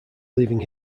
leaving